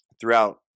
throughout